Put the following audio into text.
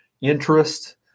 interest